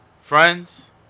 friends